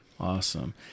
Awesome